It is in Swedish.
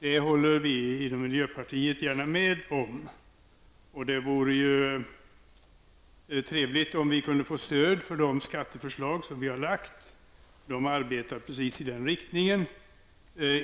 Det håller vi i miljöpartiet gärna med om. Och det vore trevligt om vi kunde få stöd för de skatteförslag som vi har lagt fram. De har denna inriktning.